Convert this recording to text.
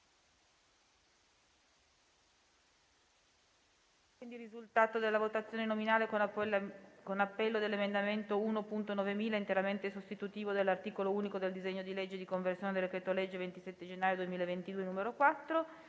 il risultato della votazione nominale con appello dell'emendamento 1.9000 (testo corretto), interamente sostitutivo dell'articolo unico del disegno di legge di conversione in legge del decreto-legge 27 gennaio 2022, n. 4,